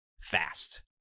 fast